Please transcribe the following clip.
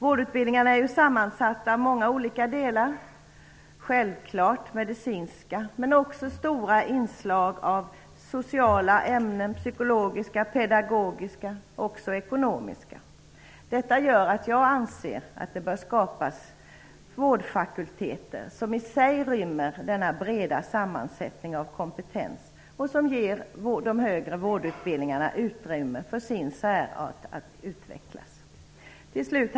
Vårdutbildningarna är sammansatta av många olika delar, självfallet medicinska delar men också stora inslag av sociala, psykologiska, pedagogiska och även ekonomiska ämnen. Detta gör att jag anser att det bör skapas vårdfakulteter som i sig rymmer denna breda sammansättning av kompetens och som ger de högre vårdutbildningarna utrymme för att utveckla sin särart.